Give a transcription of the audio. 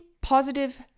positive